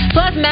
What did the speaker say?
Plus